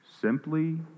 simply